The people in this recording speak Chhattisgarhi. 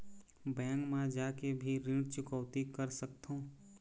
बैंक मा जाके भी ऋण चुकौती कर सकथों?